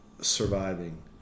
surviving